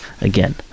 again